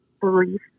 belief